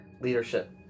Leadership